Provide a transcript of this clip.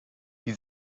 die